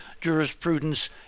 jurisprudence